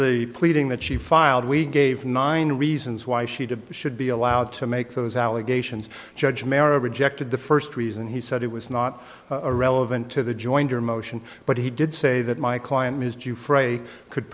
the pleading that she filed we gave nine reasons why she did should be allowed to make those allegations judge mero rejected the first reason he said it was not a relevant to the joinder motion but he did say that my client ms ju frey could